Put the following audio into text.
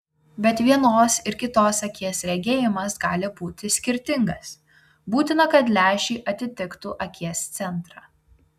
bet vienos ir kitos akies regėjimas gali būti skirtingas būtina kad lęšiai atitiktų akies centrą